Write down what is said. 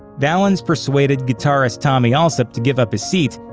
valens persuaded guitarist tommy allsup to give up his seat,